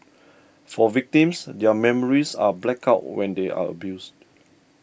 for victims their memories are blacked out when they are abused